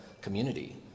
community